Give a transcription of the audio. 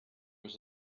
was